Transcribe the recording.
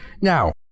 Now